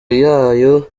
yayo